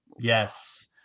Yes